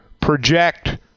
project